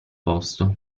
posto